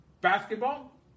basketball